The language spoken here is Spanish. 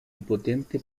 impotente